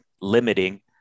limiting